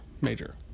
major